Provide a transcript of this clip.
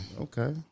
Okay